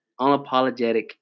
unapologetic